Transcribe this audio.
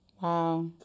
Wow